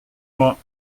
moi